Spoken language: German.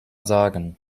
sagen